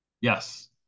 Yes